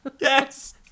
Yes